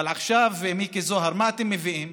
אבל עכשיו, מיקי זוהר, מה אתם מביאים?